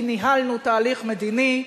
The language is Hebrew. כי ניהלנו תהליך מדיני.